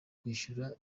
kwishyura